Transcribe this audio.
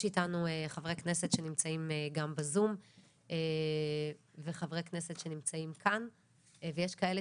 יש איתנו חברי כנסת שנמצאים גם בזום וחברי כנסת שנמצאים כאן ויש כאלה